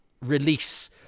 release